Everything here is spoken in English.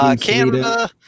Canada